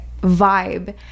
vibe